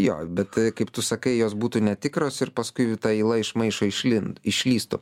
jo bet kaip tu sakai jos būtų netikros ir paskui ta yla iš maišo išlindo išlįstų